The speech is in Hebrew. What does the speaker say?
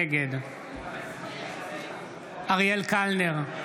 נגד מטי צרפתי הרכבי, נגד אריאל קלנר,